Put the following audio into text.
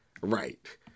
right